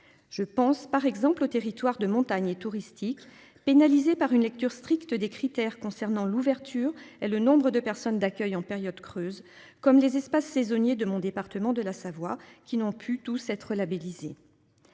Je pense par exemple aux territoires de montagne et touristique. Pénalisé par une lecture stricte des critères concernant l'ouverture et le nombre de personnes d'accueil en période creuse comme des espaces saisonniers de mon département de la Savoie qui n'ont pu tous être labellisé.